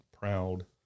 proud